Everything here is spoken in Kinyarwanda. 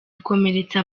bikomeretsa